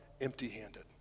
empty-handed